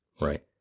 Right